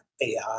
AI